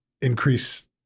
increase